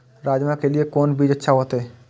राजमा के लिए कोन बीज अच्छा होते?